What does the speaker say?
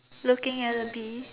looking at a bee